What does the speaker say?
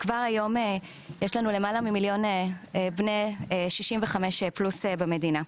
וכבר היום יש לנו למעלה ממיליון בני 65+ במדינה,